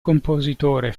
compositore